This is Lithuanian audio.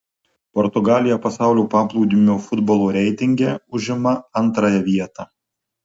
portugalija pasaulio paplūdimio futbolo reitinge užima antrąją vietą